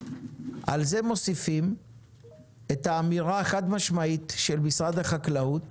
על זה מוסיפים את האמירה החד משמעית של משרד החקלאות,